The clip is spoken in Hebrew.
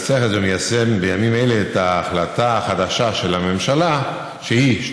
הונחו על שולחן הכנסת הודעת שר החקלאות ופיתוח הכפר